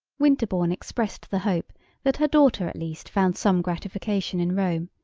winterbourne expressed the hope that her daughter at least found some gratification in rome,